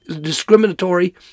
discriminatory